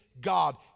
God